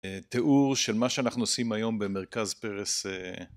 תיאור של מה שאנחנו עושים היום במרכז פרס